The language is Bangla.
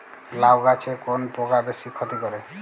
লাউ গাছে কোন পোকা বেশি ক্ষতি করে?